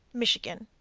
michigan.